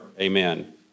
Amen